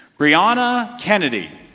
rihanna kennedy.